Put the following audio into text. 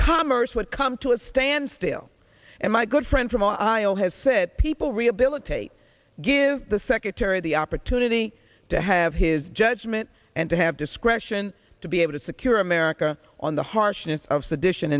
commerce would come to a standstill and my good friend from ohio has said people rehabilitate give the secretary the opportunity to have his judgment and to have discretion to be able to secure america on the harshness of